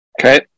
Okay